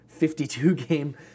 52-game